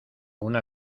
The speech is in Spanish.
una